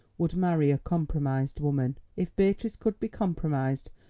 would marry a compromised woman? if beatrice could be compromised,